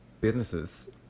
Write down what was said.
businesses